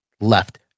left